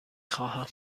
خواهم